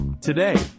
Today